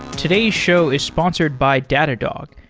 today's show is sponsored by datadog,